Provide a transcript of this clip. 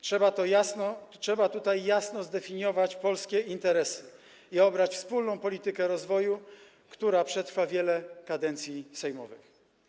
Trzeba tutaj jasno zdefiniować polskie interesy i obrać wspólną politykę rozwoju, która przetrwa wiele kadencji sejmowych.